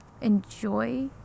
enjoy